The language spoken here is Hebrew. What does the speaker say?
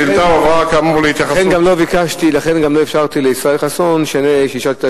לכן גם ביקשתי וגם לא אפשרתי לישראל חסון שישאל את השאלות,